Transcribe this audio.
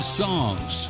songs